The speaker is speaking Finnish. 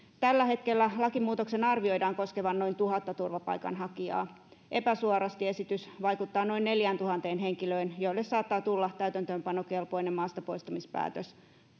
tällä hetkellä lakimuutoksen arvioidaan koskevan noin tuhatta turvapaikanhakijaa epäsuorasti esitys vaikuttaa noin neljääntuhanteen henkilöön joille saattaa tulla täytäntöönpanokelpoinen maastapoistamispäätös